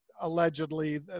allegedly